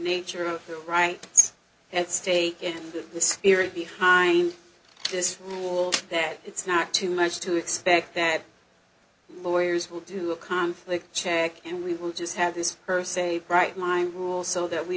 nature of their rights at stake and the spirit behind this wall that it's not too much to expect that lawyers will do a conflict check and we will just have this per se bright line rule so that we